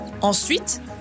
Ensuite